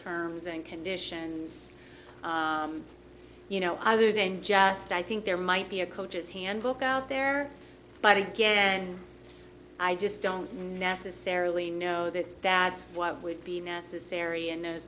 terms and conditions you know other than just i think there might be a coach's handbook out there but again i just don't necessarily know that that would be necessary in those